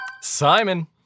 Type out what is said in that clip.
Simon